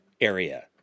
area